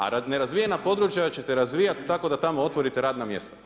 A nerazvijena područja ćete razvijati tako da tamo otvorite radna mjesta.